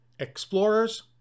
Explorers